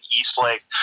Eastlake